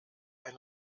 ein